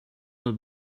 will